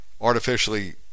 artificially